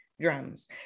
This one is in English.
drums